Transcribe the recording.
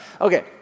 okay